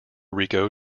rico